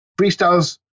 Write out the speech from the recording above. Freestyle's